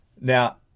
Now